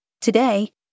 Today